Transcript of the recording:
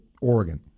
Oregon